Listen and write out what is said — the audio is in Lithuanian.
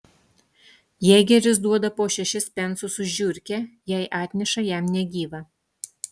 jėgeris duoda po šešis pensus už žiurkę jei atneša jam negyvą